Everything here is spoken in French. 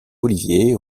olivier